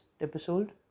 episode